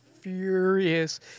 furious